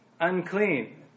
unclean